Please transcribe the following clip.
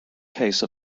case